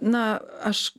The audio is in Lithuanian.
na aš